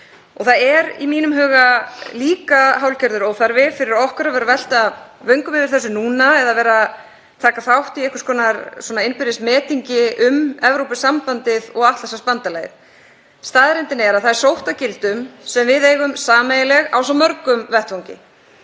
Það er í mínum huga líka hálfgerður óþarfi fyrir okkur að velta vöngum yfir þessu núna eða vera að taka þátt í einhvers konar innbyrðismetingi um Evrópusambandið og Atlantshafsbandalagið. Staðreyndin er að það er sótt að gildum sem við eigum sameiginleg á svo mörgum vettvangi.